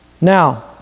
Now